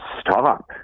stop